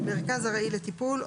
מרכז ארעי לטיפול,